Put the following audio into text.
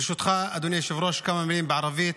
ברשותך, אדוני היושב-ראש, כמה מילים בערבית.